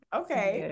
okay